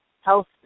health